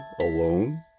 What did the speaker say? alone